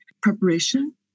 preparation